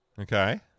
okay